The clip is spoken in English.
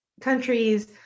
countries